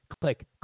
click